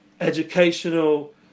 educational